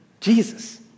Jesus